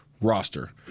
roster